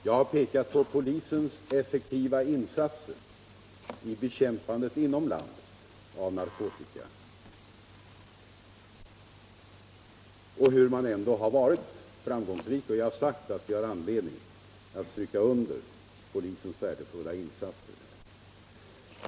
Jag har pekat på polisens effektiva insatser i bekämpandet inom landet av narkotika och på hur man ändå har varit framgångsrik. Jag har också sagt att vi har anledning att stryka under polisens värdefulla insatser.